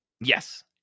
Yes